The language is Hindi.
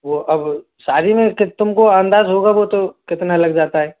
वह अब शादी में कित तुमको अंदाज़ होगा वह तो कितना लग जाता है